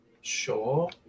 Sure